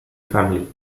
family